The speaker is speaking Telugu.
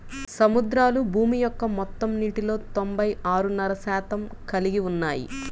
సముద్రాలు భూమి యొక్క మొత్తం నీటిలో తొంభై ఆరున్నర శాతం కలిగి ఉన్నాయి